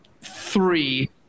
three